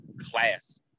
class